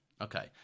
Okay